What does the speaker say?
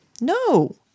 No